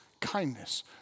kindness